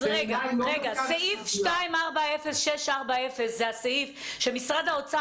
סעיף 240640 זה הסעיף שמשרד האוצר